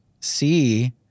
see